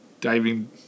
diving